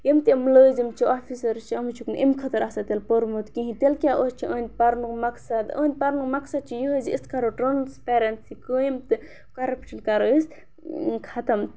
یِم تہِ مُلٲزِم چھِ آفِسَر چھِ یِمو چھُکھ نہٕ امہ خٲطرٕ آسان تیٚلہِ پوٚرمُت کِہیٖنۍ تیٚلہِ کیٛاہ اوٚز چھِ أہنٛدۍ پَرنُک مقصد أہنٛدۍ پَرنُک مقصد چھِ یِہٕے زِ أسۍ کَرو ٹرٛانسپیرَنسی قٲیِم تہٕ کَرَپشَن کَرو أسۍ ختم